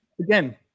again-